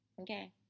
Okay